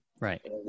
Right